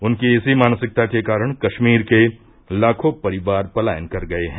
उनकी इसी मानसिकता के कारण कश्मीर के लाखों परिवार पलायन कर गये हैं